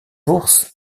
bourse